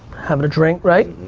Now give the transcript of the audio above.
having a drink, right?